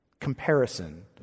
comparison